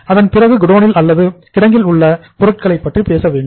அதன்பிறகு குடோனில் அல்லது கிடங்கில் உள்ள பொருட்களைப் பற்றிப் பேச வேண்டும்